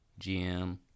GM